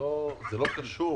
לא קשור.